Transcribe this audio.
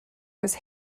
was